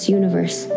universe